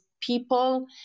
people